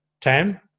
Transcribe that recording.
time